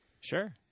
Sure